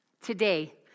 today